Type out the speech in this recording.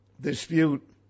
dispute